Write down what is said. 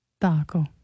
Taco